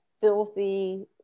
filthy